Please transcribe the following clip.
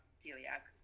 celiac